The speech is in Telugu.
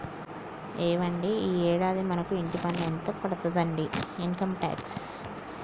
ఏవండి ఈ యాడాది మనకు ఇంటి పన్ను ఎంత పడతాదండి ఇన్కమ్ టాక్స్